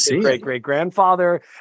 great-great-grandfather